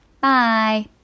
Bye